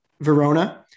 Verona